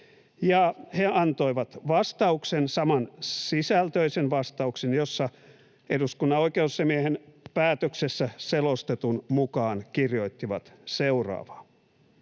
he antoivat vastaukset — samansisältöiset vastaukset — joita eduskunnan oikeusasiamiehen päätöksessä referoitiin seuraavasti: